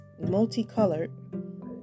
multicolored